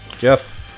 Jeff